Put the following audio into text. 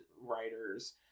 writers